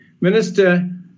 Minister